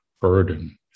burden